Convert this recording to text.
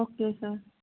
okay sir